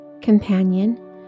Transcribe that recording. Companion